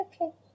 okay